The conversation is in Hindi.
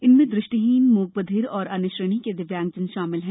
इनमें दृष्टिहीन मूकबधिर और अन्य श्रेणी के दिव्यांगजन शामिल हैं